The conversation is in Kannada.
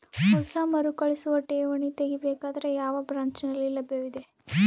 ಹೊಸ ಮರುಕಳಿಸುವ ಠೇವಣಿ ತೇಗಿ ಬೇಕಾದರ ಯಾವ ಬ್ರಾಂಚ್ ನಲ್ಲಿ ಲಭ್ಯವಿದೆ?